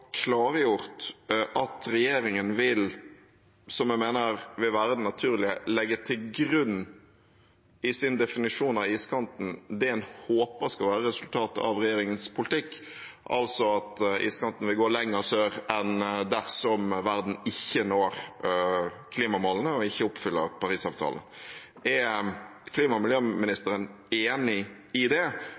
klargjort at regjeringen vil – som jeg mener vil være det naturlige – legge til grunn i sin definisjon av iskanten det en håper skal være resultatet av regjeringens politikk, altså at iskanten vil gå lenger sør enn dersom verden ikke når klimamålene og ikke oppfyller Parisavtalen. Er klima- og miljøministeren enig i det,